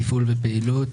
תפעול ופעילות,